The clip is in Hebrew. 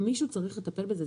מישהו צריך לטפל בזה.